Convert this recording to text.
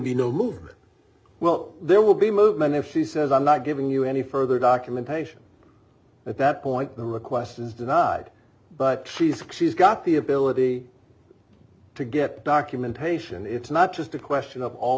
be no movement well there will be movement if she says i'm not giving you any further documentation at that point the request is denied but she's she's got the ability to get documentation it's not just a question of all